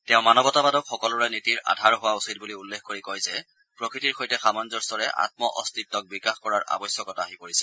তেওঁ মানৱতাবাদক সকলোৰে নীতিৰ আধাৰ হোৱা উচিত বুলি উল্লেখ কৰি কয় যে প্ৰকৃতিৰ সৈতে সামঞ্জস্যৰে আঘ অস্তিত্ক বিকাশ কৰাৰ আৱশ্যকতা আহি পৰিছে